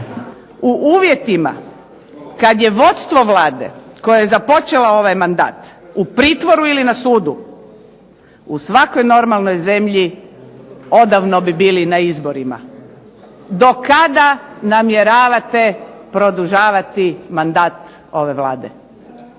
u uvjetima kad je vodstvo Vlade koja je započela ovaj mandat u pritvoru ili na sudu, u svakoj normalnoj zemlji odavno bi bili na izborima. Do kada namjeravate produžavati mandat ove Vlade?